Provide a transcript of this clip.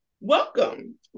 welcome